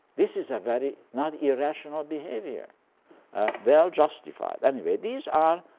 this is a very not irrational behavior well justified. anyway, these are